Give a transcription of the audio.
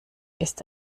ist